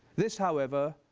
this, however,